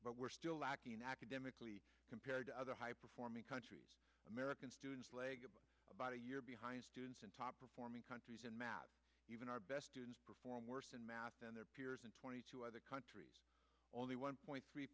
but we're still lacking academically compared to other high performing countries american students about a year behind students in top performing countries in math even our best perform worse in math than their peers in twenty two other countries only one point three